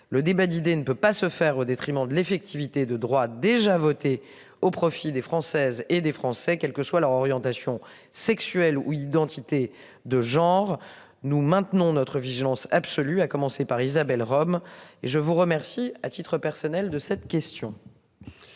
Le débat d'idées ne peut pas se faire au détriment de l'effectivité de droit déjà voté au profit des Françaises et des Français, quel que soit leur orientation sexuelle ou identités de genre. Nous maintenons notre vigilance absolue à commencer par Isabelle Rome et je vous remercie. À titre personnel de cette question.